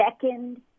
second